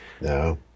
No